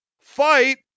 fight